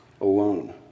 alone